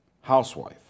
housewife